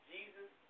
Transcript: Jesus